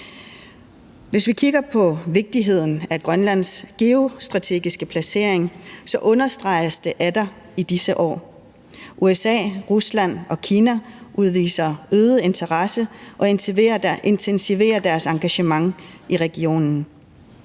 Hvad angår vigtigheden af Grønlands geostrategiske placering, understreges den atter i disse år. USA, Rusland og Kina udviser øget interesse og intensiverer deres engagement i regionen.